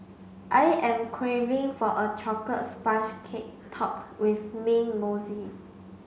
I am craving for a chocolate sponge cake topped with mint